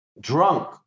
drunk